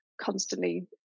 constantly